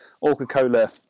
Orca-Cola